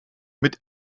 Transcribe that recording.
mit